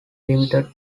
limited